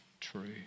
true